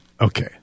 Okay